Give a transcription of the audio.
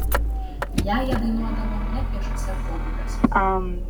ją jie dainuodavo net viešuose pobūviuose